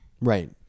right